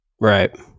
Right